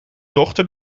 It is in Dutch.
dochter